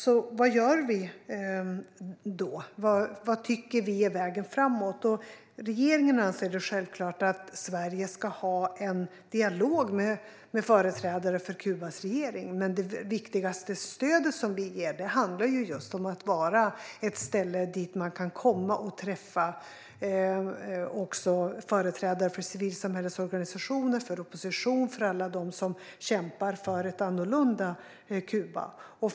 Så vad gör vi då? Vad tycker vi är vägen framåt? Regeringen anser det självklart att Sverige ska ha en dialog med företrädare för Kubas regering, men det viktigaste stöd vi ger är att vara ett ställe dit man kan komma och träffa företrädare för civilsamhällesorganisationer och opposition och alla dem som kämpar för ett annorlunda Kuba.